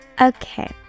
Okay